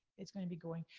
it's going to be going.